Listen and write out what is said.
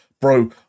bro